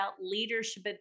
leadership